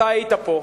אתה היית פה,